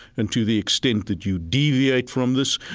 and to the extent that you deviate from this,